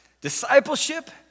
discipleship